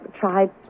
tried